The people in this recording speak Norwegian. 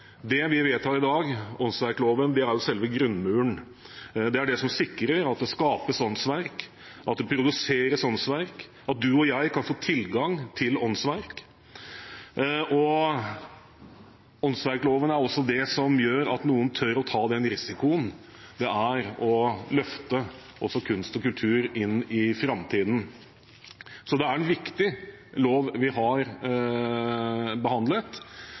det vi vedtar i dag – åndsverkloven – er selve grunnmuren og det som sikrer at det skapes åndsverk, at det produseres åndsverk, at du og jeg kan få tilgang til åndsverk. Åndsverkloven er det som gjør at noen tør å ta den risikoen det er å løfte også kunst og kultur inn i framtiden, så det er en viktig lov vi har behandlet.